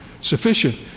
sufficient